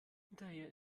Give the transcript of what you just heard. hinterher